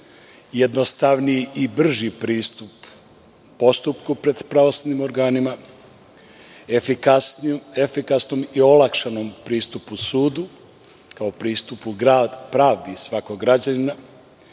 jednostavniji i brži pristup postupku pred pravosudnim organima, efikasnom i olakšanom pristupu sudu kao pristupu pravdi svakog građanina,